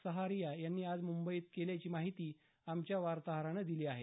सहारिया यांनी आज मुंबईत केल्याची माहिती आमच्या वार्ताहरानं दिली आहे